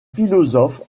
philosophes